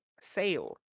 sale